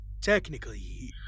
technically